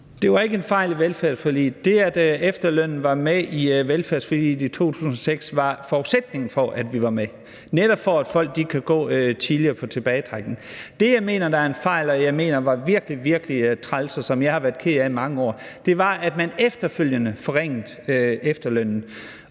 Det var ikke en fejl i velfærdsforliget. Det, at efterlønnen var med i velfærdsforliget i 2006, var forudsætningen for, at vi var med, netop for at folk kunne gå tidligere på tilbagetrækning. Det, jeg mener var en fejl, og jeg mener var virkelig, virkelig træls, og som jeg har været ked af i mange år, var, at man efterfølgende forringede efterlønnen.